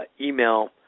email